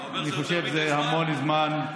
אני חושב שזה המון זמן.